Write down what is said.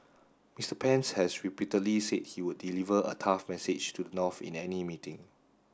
Mister Pence has repeatedly said he would deliver a tough message to the North in any meeting